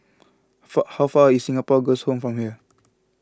far how far is Singapore Girls' Home from here